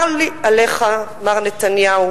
צר לי עליך, מר נתניהו.